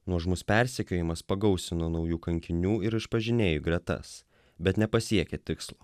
nuožmus persekiojimas pagausino naujų kankinių ir išpažinėjų gretas bet nepasiekė tikslo